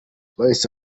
bahise